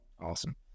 Awesome